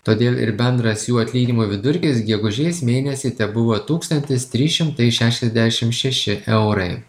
todėl ir bendras jų atlyginimo vidurkis gegužės mėnesį tebuvo tūkstantis trys šimtai šešiasdešim šeši eurai